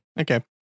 okay